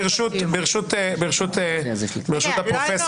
ברשות פרופ'